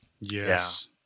Yes